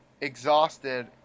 exhausted